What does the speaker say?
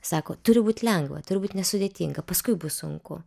sako turi būt lengva turi būt nesudėtinga paskui bus sunku